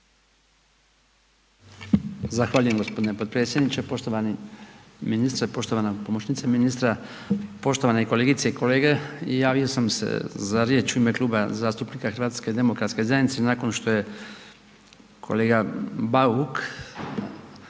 Zahvaljujem gospodine potpredsjedniče. Poštovani ministre, poštovana pomoćnice ministra, poštovane kolegice i kolege. Javio sam se za riječ u ime kluba zastupnika HDZ-a nakon što je kolega Bauk